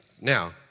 now